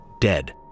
dead